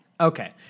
Okay